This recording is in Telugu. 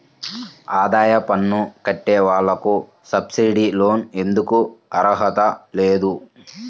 ఆదాయ పన్ను కట్టే వాళ్లకు సబ్సిడీ లోన్ ఎందుకు అర్హత లేదు?